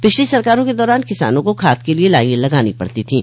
पिछली सरकारा के दौरान किसानों को खाद के लिए लाइनें लगानी पड़ती थीं